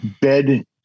bed